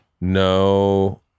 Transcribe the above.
No